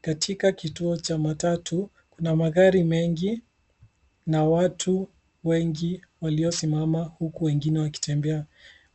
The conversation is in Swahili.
Katika kituo cha matatu, kuna magari mengi na watu wengi waliosimama huku wengine wakitembea.